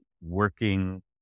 working